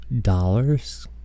dollars